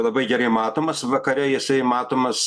labai gerai matomas vakare jisai matomas